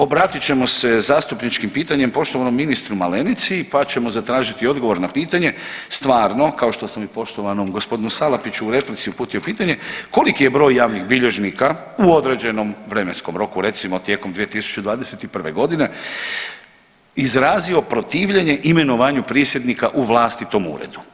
Obratit ćemo se zastupničkim pitanjem poštovanom ministru Malenici, pa ćemo zatražiti odgovor na pitanje stvarno kao što sam i poštovanom gospodinu Salapiću u replici uputio pitanje koliki je broj javnih bilježnika u određenom vremenskom roku, recimo tijekom 2021. godine izrazio protivljenje imenovanju prisjednika u vlastitom uredu.